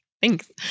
Thanks